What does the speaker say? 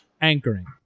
anchoring